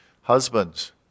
Husbands